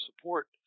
support